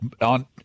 on